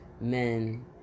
men